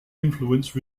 influence